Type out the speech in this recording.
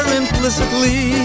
implicitly